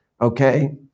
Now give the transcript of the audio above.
Okay